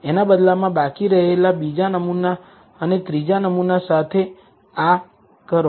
એના બદલામાં બાકી રહેલા બીજા નમુના અને ત્રીજા નમુના સાથે આ કરો